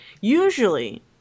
usually